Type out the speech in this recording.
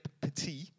Petit